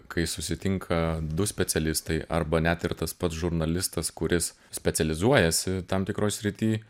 kai susitinka du specialistai arba net ir tas pats žurnalistas kuris specializuojasi tam tikrom srity